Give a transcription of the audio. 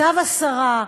צו הסרה,